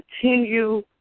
continue